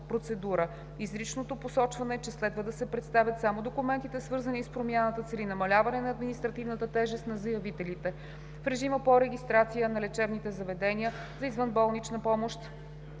Изричното посочване, че следва да се представят само документите, свързани с промяната, цели намаляване на административната тежест за заявителите. В режима по регистрация на лечебните заведения за извънболнична помощ